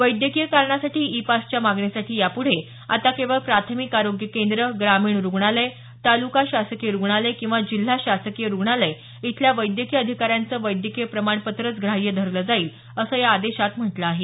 वैद्यकीय कारणासाठी ई पासच्या मागणीसाठी यापुढे आता केवळ प्राथमिक आरोग्य केंद्र ग्रामीण रुग्णालय तालुका शासकीय रुग्णालय किंवा जिल्हा शासकीय रुग्णालय इथल्या वैद्यकीय अधिकाऱ्यांचं वैद्यकीय प्रमाणपत्रच ग्राह्य धरलं जाईल असंही या आदेशात म्हटलं आहे